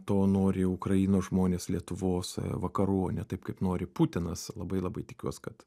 to nori ukrainos žmonės lietuvos vakarų o ne taip kaip nori putinas labai labai tikiuos kad